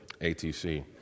ATC